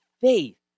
faith